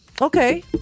Okay